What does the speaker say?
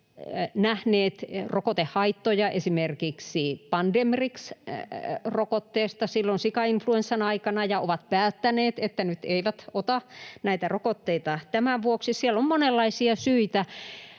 nähneet rokotehaittoja esimerkiksi Pandemrix-rokotteesta silloin sikainfluenssan aikana ja ovat päättäneet, että nyt eivät ota näitä rokotteita tämän vuoksi. Siellä on monenlaisia syitä,